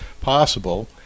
possible